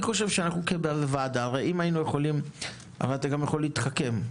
הרי אתה גם יכול להתחכם,